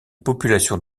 population